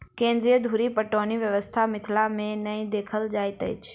केन्द्र धुरि पटौनी व्यवस्था मिथिला मे नै देखल जाइत अछि